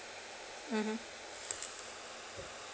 mmhmm